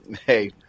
Hey